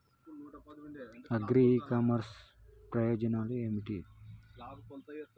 Agri e commerce ప్రయోజనాలు ఏమిటి?